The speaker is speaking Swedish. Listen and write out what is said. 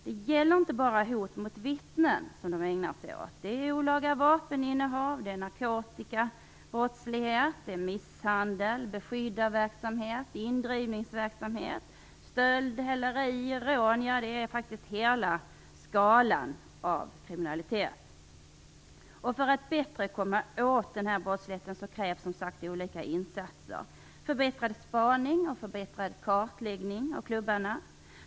Det är inte bara hot mot vittnen de ägnar sig åt utan också olaga vapeninnehav, narkotikabrottslighet, misshandel, beskyddarverksamhet, indrivningsverksamhet, stöld, häleri, rån - ja, det är faktiskt hela skalan av kriminalitet. För att bättre komma åt brottsligheten krävs som sagt olika insatser; förbättrad spaning och förbättrad kartläggning av klubbarna.